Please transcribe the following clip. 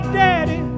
daddy